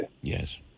Yes